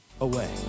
away